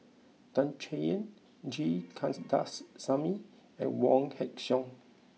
Tan Chay Yan G Kandasamy and Wong Heck Sing